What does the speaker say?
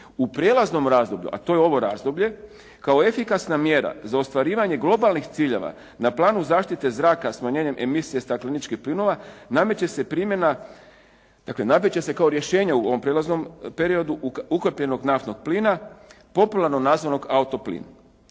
U prijelaznom razdoblju, a to je ovo razdoblje kao efikasna mjera za ostvarivanje globalnih ciljeva na planu zaštite zraka smanjenjem emisije stakleničkih plinova nameće se primjena, dakle nameće se kao rješenje u ovom prijelaznom periodu ukapljenog naftnog plina popularno nazvanog auto plin.